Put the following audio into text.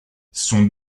son